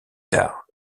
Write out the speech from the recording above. tard